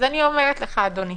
אז אדוני,